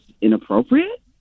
inappropriate